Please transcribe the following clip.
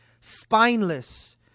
spineless